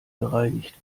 gereinigt